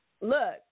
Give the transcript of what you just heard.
Look